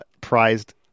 prized